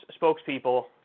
spokespeople